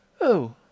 Oh